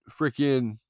freaking